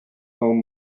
home